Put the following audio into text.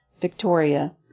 Victoria